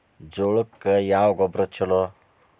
ಜೋಳಕ್ಕ ಯಾವ ಗೊಬ್ಬರ ಛಲೋ?